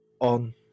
On